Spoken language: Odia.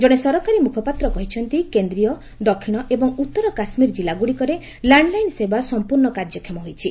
ଜଣେ ସରକାରୀ ମୁଖପାତ୍ର କହିଛନ୍ତି କେନ୍ଦ୍ରୀୟ ଦକ୍ଷିଣ ଏବଂ ଉତ୍ତର କାଶ୍ମୀର ଜିଲ୍ଲାଗୁଡ଼ିକରେ ଲ୍ୟାଣ୍ଡଲାଇନ୍ ସେବା ସଂପୂର୍ଣ୍ଣ କାର୍ଯ୍ୟକ୍ଷମ ହୋଇଛି